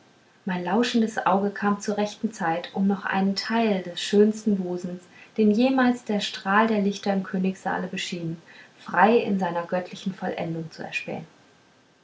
mein lauschendes auge kam zur rechten zeit um noch einen teil des schönsten busens den jemals der strahl der lichter im königssaale beschienen frei in seiner göttlichen vollendung zu erspähen